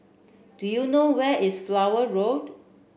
do you know where is Flower Road